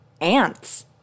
ants